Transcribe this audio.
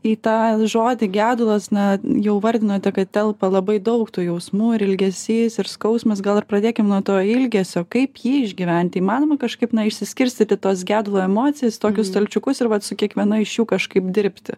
į tą žodį gedulas na jau vardinote kad telpa labai daug tų jausmų ir ilgesys ir skausmas gal ir pradėkim nuo to ilgesio kaip jį išgyventi įmanoma kažkaip na išsiskirstyti tuos gedulo emocijas į tokius stalčiukus ir vat su kiekviena iš jų kažkaip dirbti